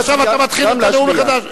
עכשיו אתה מתחיל לתת נאום מחדש?